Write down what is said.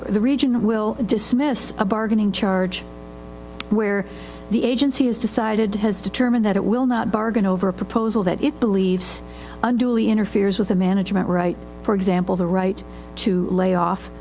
the region will dismiss a bargaining charge where the agency has decided, has determined that it will not bargain over a proposal that it believes unduly interferes with a management right. for example, the right to layoff,